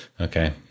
Okay